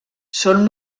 són